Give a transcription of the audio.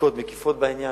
בדיקות מקיפות בעניין.